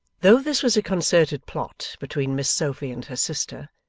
though this was a concerted plot between miss sophy and her sister,